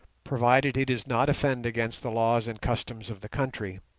provided he does not offend against the laws and customs of the country.